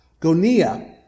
gonia